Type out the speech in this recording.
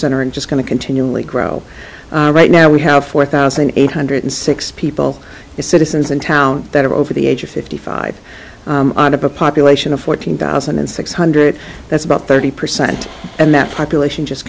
center and just going to continually grow right now we have four thousand eight hundred six people citizens in town that are over the age of fifty five out of a population of fourteen thousand and six hundred that's about thirty percent and that population just